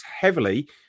heavily